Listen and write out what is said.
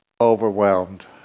overwhelmed